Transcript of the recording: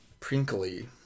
Prinkley